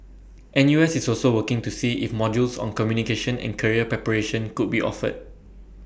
N U S is also working to see if modules on communication and career preparation could be offered